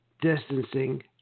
distancing